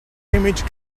image